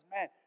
man